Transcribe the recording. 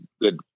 good